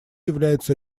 являются